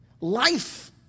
life